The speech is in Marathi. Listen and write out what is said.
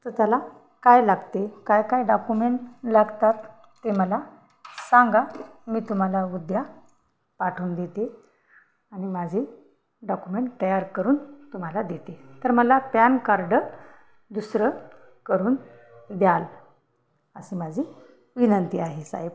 तर त्याला काय लागते काय काय डॉक्युमेंट लागतात ते मला सांगा मी तुम्हाला उद्या पाठवून देते आणि माझी डॉक्युमेंट तयार करून तुम्हाला देते तर मला पॅन कार्ड दुसरं करून द्याल अशी माझी विनंती आहे साहेब